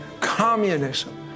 Communism